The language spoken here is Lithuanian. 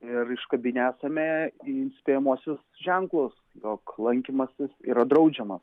ir iškabinę esame įspėjamuosius ženklus jog lankymasis yra draudžiamas